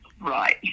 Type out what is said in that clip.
right